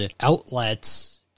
outlets